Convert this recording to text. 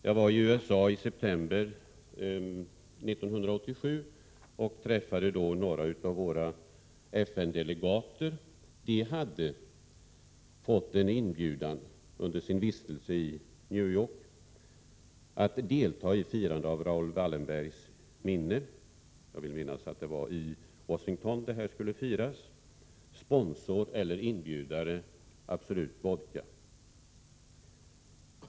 Jag var i USA i september 1987 och träffade där några av våra FN-delegater. De hade under sin vistelse i New York fått en inbjudan att delta i firandet av Raoul Wallenbergs minne. Jag vill minnas att det var i Washington. Sponsor och inbjudare var Absolut Vodka.